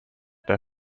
der